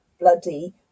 bloody